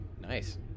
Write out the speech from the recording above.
Nice